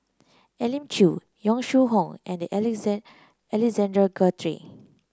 Elim Chew Yong Shu Hoong and Alexander Guthrie